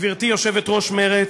גברתי יושבת-ראש מרצ,